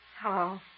Hello